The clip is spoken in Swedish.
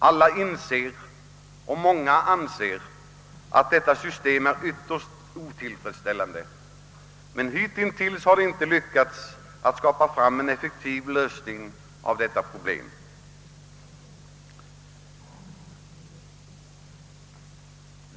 Alla inser och många anser att detta system är ytterst otillfredsställande, men hitintills har man inte lyckats att skaffa fram en effektiv lösning av detta problem.